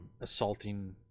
assaulting